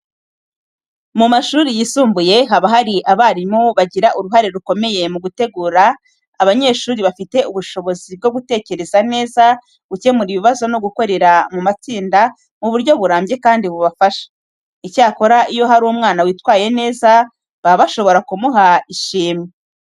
Mu mashuri yisumbuye haba hari abarimu bagira uruhare rukomeye mu gutegura abanyeshuri bafite ubushobozi bwo gutekereza neza, gukemura ibibazo no gukorera mu matsinda mu buryo burambye kandi bubafasha. Icyakora iyo hari umwana witwaye neza, baba bashobora kumuha ishimwe.